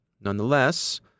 Nonetheless